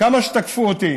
כמה שתקפו אותי